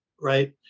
right